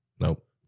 Nope